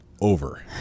over